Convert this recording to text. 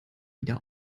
wieder